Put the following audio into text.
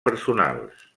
personals